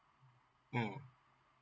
mm